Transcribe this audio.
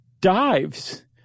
dives